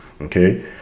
Okay